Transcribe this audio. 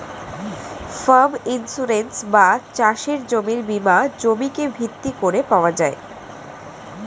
farm insurance বা চাষের জমির বীমা জমিকে ভিত্তি করে পাওয়া যায়